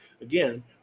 again